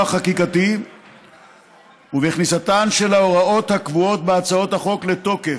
החקיקתי ובכניסתן של ההוראות הקבועות בהצעות החוק לתוקף,